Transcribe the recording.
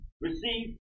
receive